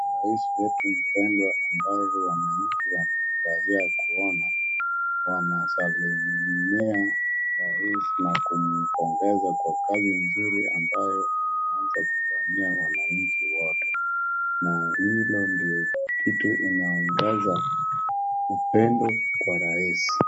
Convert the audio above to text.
Rais wetu mpendwa ambaye wananchi wanafurahia kuona, wanasalimia rais na kumpongeza kwa kazi nzuri ambayo anaweza kufanyia wananchi wote na hilo ndio kitu inaongeza upendo kwa rais.